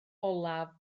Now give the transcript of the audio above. olaf